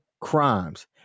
crimes